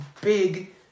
big